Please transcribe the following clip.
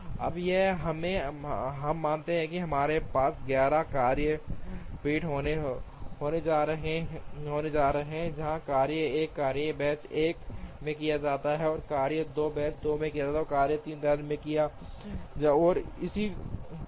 अब यदि हम मानते हैं कि हमारे पास 11 कार्य पीठ होने जा रहे हैं जहाँ कार्य 1 कार्य बेंच 1 में किया जाता है कार्य 2 बेंच 2 में कार्य 3 बेंच 3 में और इसी तरह